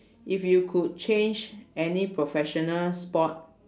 if you could change any professional sport